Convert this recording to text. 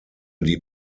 die